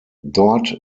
dort